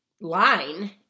line